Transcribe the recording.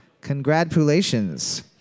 Congratulations